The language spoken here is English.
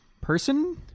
Person